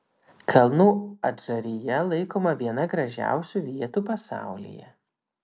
kalnų adžarija laikoma viena gražiausių vietų pasaulyje